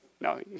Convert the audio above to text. No